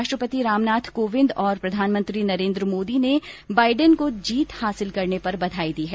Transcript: राष्ट्रपति रामनाथ कोविंद और प्रधानमंत्री नरेन्द्र मोदी ने बाइडेन को जीत हासिल करने पर बधाई दी है